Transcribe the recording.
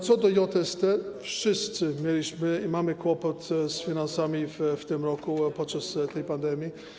Co do JST wszyscy mieliśmy i mamy kłopot z finansami w tym roku podczas tej pandemii.